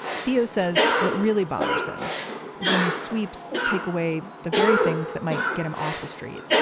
theo says what really bothers him is when these sweeps take away the very things that might get him off the street,